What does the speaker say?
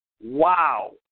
Wow